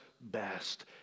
best